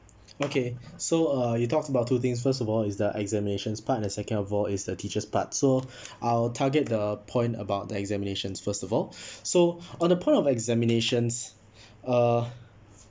okay so uh you talked about two things first of all is the examinations parts and second of all is the teachers part so I'll target the point about the examinations first of all so on the point of examinations uh